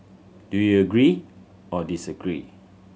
do you agree or disagree